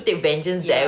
ya